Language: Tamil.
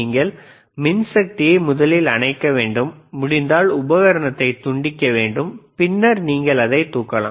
நீங்கள் மின்சக்தியை முதலில் அணைக்க வேண்டும் முடிந்தால் உபகரணங்களைத் துண்டிக்க வேண்டும் பின்னர் நீங்கள் அதைத் தூக்கலாம்